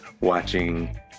watching